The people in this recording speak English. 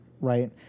right